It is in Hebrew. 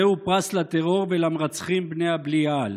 זהו פרס לטרור ולמרצחים בני הבלייעל.